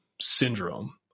syndrome